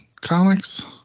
comics